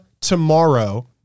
tomorrow